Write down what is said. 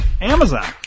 Amazon